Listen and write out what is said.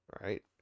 right